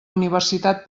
universitat